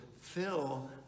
fill